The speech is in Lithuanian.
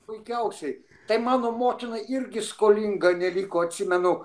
puikiausiai tai mano motina irgi skolinga neliko atsimenu